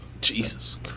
Jesus